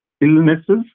illnesses